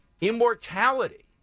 Immortality